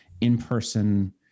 in-person